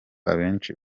abenshi